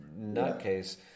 nutcase